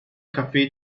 kaffee